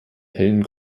hellen